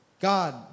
God